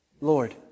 Lord